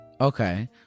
Okay